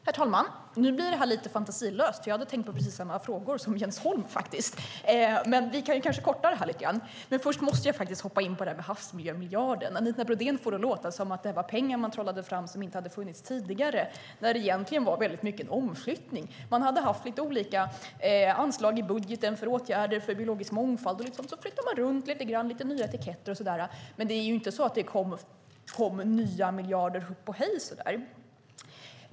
Herr talman! Nu blir detta lite fantasilöst. Jag hade nämligen tänkt ställa samma frågor som Jens Holm har ställt. Men jag kan kanske vara lite mer kortfattad. Först måste jag faktiskt hoppa in och säga något om havsmiljömiljarden. Anita Brodén får det att låta som att detta var pengar som man trollade fram och som inte hade funnits tidigare. Men det var egentligen i stor utsträckning en omflyttning. Man hade haft lite olika anslag i budgeten för åtgärder för biologisk mångfald. Sedan flyttade man runt dem lite grann och satte lite nya etiketter på dem. Men det tillkom inte plötsligt några nya miljarder.